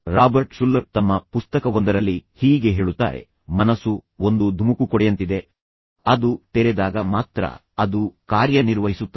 Robert Schuller ತಮ್ಮ ಪುಸ್ತಕವೊಂದರಲ್ಲಿ ಹೀಗೆ ಹೇಳುತ್ತಾರೆ ಮನಸ್ಸು ಒಂದು ಧುಮುಕುಕೊಡೆಯಂತಿದೆ ಅದು ತೆರೆದಾಗ ಮಾತ್ರ ಅದು ಕಾರ್ಯನಿರ್ವಹಿಸುತ್ತದೆ